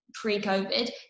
pre-COVID